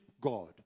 God